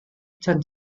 tan